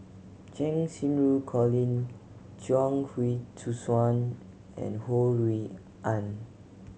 Cheng Xinru Colin Chuang Hui Tsuan and Ho Rui An